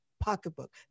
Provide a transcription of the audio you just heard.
pocketbook